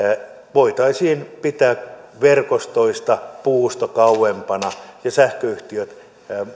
voitaisiin pitää verkostoista puusto kauempana ja sähköyhtiöt